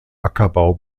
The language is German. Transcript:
ackerbau